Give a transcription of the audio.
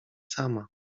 sama